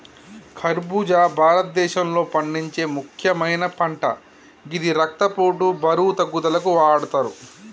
ఖర్బుజా భారతదేశంలో పండించే ముక్యమైన పంట గిది రక్తపోటు, బరువు తగ్గుదలకు వాడతరు